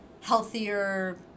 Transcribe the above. healthier